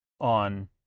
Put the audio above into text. on